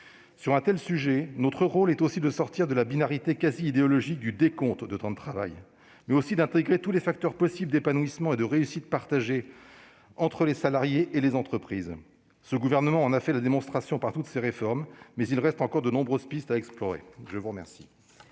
Sur un tel sujet, notre rôle est également de sortir de la binarité quasi idéologique du décompte du temps de travail, mais aussi d'intégrer tous les facteurs possibles d'épanouissement et de réussite partagés entre les salariés et les entreprises. Ce gouvernement en a fait la démonstration par toutes ses réformes, mais il reste encore de nombreuses pistes à explorer ! La parole